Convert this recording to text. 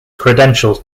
credentials